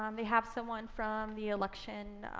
um they have someone from the election